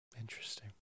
Interesting